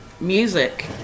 Music